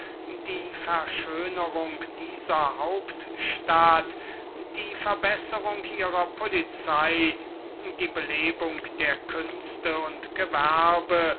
die verschönerung dieser hauptstadt die verbesserung ihrer polizei die belebung der künste und gewerbe